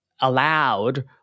allowed